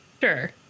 Sure